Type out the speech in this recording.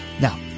Now